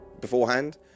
beforehand